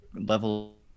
level